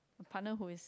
partner who is